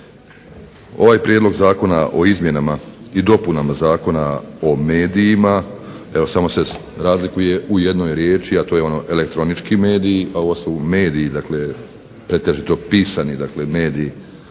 Ovaj prijedlog Zakona o izmjenama i dopunama Zakona o medijima evo samo se razlikuje u jednoj riječi, a to je ono elektronički mediji, a ovo su mediji, dakle pretežito pisani dakle